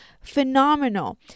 phenomenal